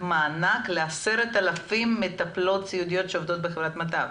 מענק ל-10,000 מטפלות סיעודיות שעובדות בחברת מט"ב.